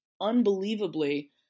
unbelievably